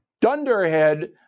dunderhead